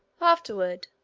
afterward,